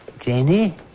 Janie